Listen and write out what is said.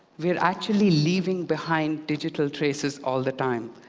we are actually leaving behind digital traces all the time.